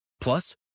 Plus